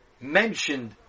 mentioned